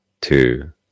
two